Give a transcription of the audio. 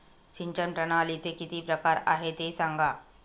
सिंचन प्रणालीचे किती प्रकार आहे ते सांगा